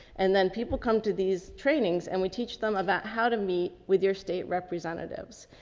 and then people come to these trainings and we teach them about how to meet with your state representatives.